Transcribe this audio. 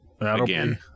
again